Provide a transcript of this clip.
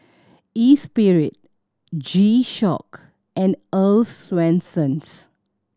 Espirit G Shock and Earl's Swensens